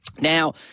Now